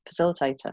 facilitator